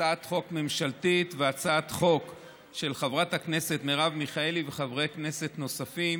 הצעת חוק ממשלתית והצעת חוק של חברת הכנסת מרב מיכאלי וחברי כנסת נוספים